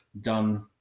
done